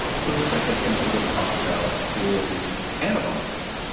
so the second thing that we're going to talk about is antibodies,